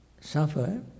suffer